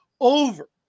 over